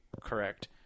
correct